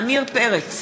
עמיר פרץ,